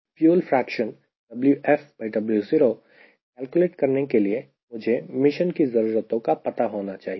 fuel fraction WfWo calculate करने के लिए मुझे मिशन की ज़रूरतों का पता होना चाहिए